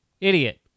idiot